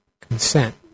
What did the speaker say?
consent